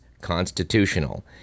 constitutional